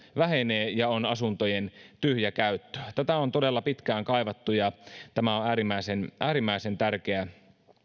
vähenee ja on asuntojen tyhjäkäyttöä tätä on todella pitkään kaivattu ja tämä on äärimmäisen äärimmäisen tärkeä